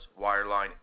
wireline